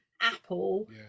apple